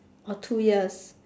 or two years